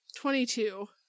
Twenty-two